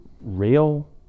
real